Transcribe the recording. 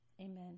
Amen